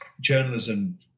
journalism